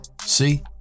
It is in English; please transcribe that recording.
See